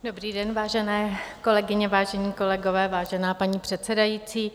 Dobrý den, vážené kolegyně, vážení kolegové, vážená paní předsedající.